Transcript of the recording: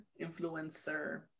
Influencer